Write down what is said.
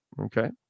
Okay